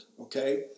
okay